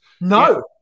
No